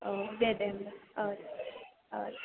औ दे दे होनबा औ